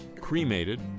cremated